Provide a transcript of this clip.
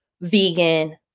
vegan